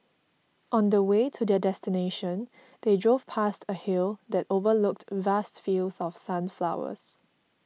on the way to their destination they drove past a hill that overlooked vast fields of sunflowers